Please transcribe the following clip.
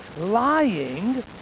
lying